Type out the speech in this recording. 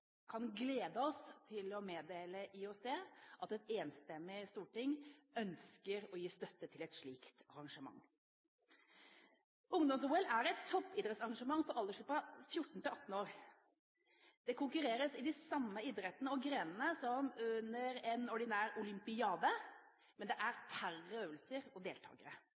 kan glede seg til å meddele IOC at et enstemmig storting ønsker å gi støtte til et slikt arrangement. Ungdoms-OL er et toppidrettsarrangement for aldersgruppen 14–18 år. Det konkurreres i de samme idrettene og grenene som under en ordinær olympiade, men det er færre øvelser og